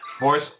Voice